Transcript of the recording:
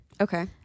Okay